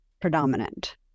predominant